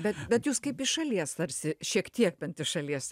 bet bet jūs kaip iš šalies tarsi šiek tiek bent iš šalies